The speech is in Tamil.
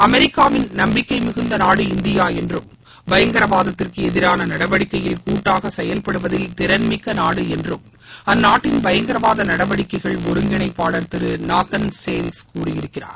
அமெரிக்காவின் நப்பிக்கை மிகுந்த நாடு இந்தியா என்றும் பயங்கரவாதத்திற்கு எதிரான நடவடிக்கையில் கூட்டாக செயல்படுவதில் திறன் மிக்க நாடு என்றும் அந்நாட்டின் பயங்கரவாத நடவடிக்கைகள் ஒருங்கிணைப்பாளர் திரு நாதன் ஷேல்ஸ் கூறியிருக்கிறார்